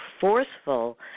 forceful